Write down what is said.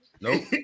Nope